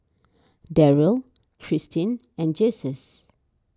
Darryll Christine and Jesus